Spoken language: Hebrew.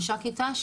משקית ת"ש